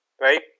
right